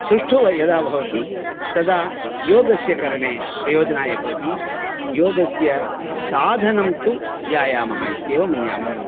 सुष्ठु यदा भवति तदा योगस्य करणे प्रयोजनाय भवति योगस्य साधनं तु व्यायामः इत्येवं मन्यामहे